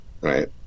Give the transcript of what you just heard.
right